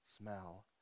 smell